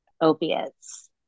opiates